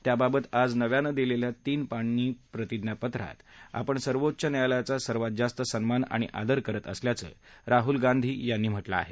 त्याबाबत आज नव्यान दिलेल्या तीन पानी प्रतिज्ञा पत्रात आपण सर्वोच्च न्यायालयाचा सर्वात जास्त सन्मान आणि आदर करत असल्याचं राहुल गांधी यांनी म्हटलं आहे